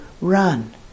run